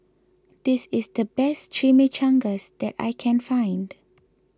this is the best Chimichangas that I can find